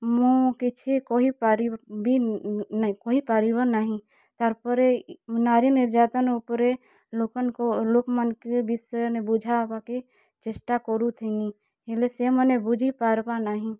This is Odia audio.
ମୁଁ କିଛି କହିପାରିବି ନାହିଁ କହିପାରିବ ନାହିଁ ତା'ର୍ପରେ ନାରୀ ନିର୍ଯାତନା ଉପରେ ଲୋକ୍ ମାନ୍କୁଁ ଲୋକ୍ ମାନ୍କେ ବିଷୟରେ ବୁଝାବାର୍କେ ଚେଷ୍ଟା କରୁଥିଲି ହେଲେ ସେମାନେ ବୁଝିପାର୍ବାର୍ ନାହିଁ